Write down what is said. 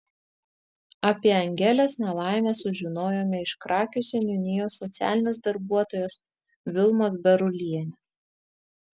apie angelės nelaimę sužinojome iš krakių seniūnijos socialinės darbuotojos vilmos berulienės